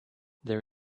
there